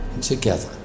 together